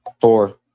Four